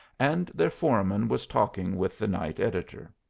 and their foreman was talking with the night editor.